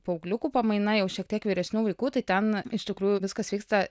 paaugliukų pamaina jau šiek tiek vyresnių vaikų tai ten iš tikrųjų viskas vyksta